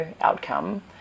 outcome